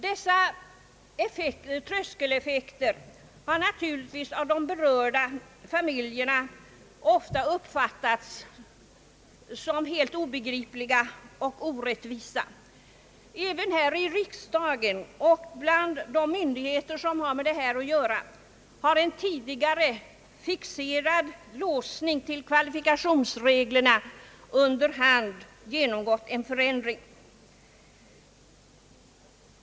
Dessa tröskeleffekter har naturligtvis av de berörda familjerna ofta uppfattats som helt obegripliga och orättvisa. även här i riksdagen och bland de myndiglieter som har med denna fråga att göra har en tidigare fixerad låsning till kvalifikationsreglerna under hand genomgått en förändring.